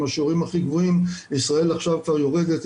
השיעורים הכי גבוהים ישראל עכשיו כבר יורדת,